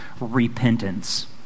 repentance